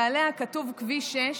ועליה כתוב כביש 6,